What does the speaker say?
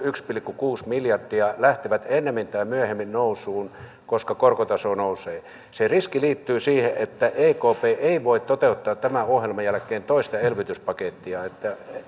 yksi pilkku kuusi miljardia lähtevät ennemmin tai myöhemmin nousuun koska korkotaso nousee se riski liittyy siihen että ekp ei voi toteuttaa tämän ohjelman jälkeen toista elvytyspakettia